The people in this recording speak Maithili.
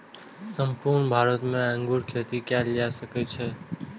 संपूर्ण भारत मे अंगूर खेती कैल जा सकै छै